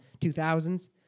2000s